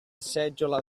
seggiola